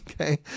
okay